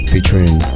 Featuring